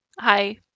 hi